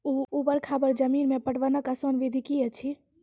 ऊवर खाबड़ जमीन मे पटवनक आसान विधि की ऐछि?